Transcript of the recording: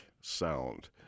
sound